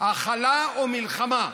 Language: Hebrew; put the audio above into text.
הכלה או מלחמה.